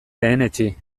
lehenetsi